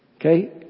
Okay